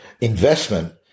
investment